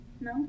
no